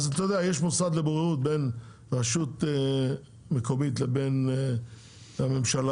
יש מוסד לבוררות בין רשות מקומית לבין הממשלה.